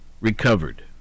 ...recovered